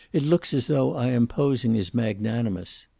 it looks as though i am posing as magnanimous.